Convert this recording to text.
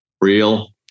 Real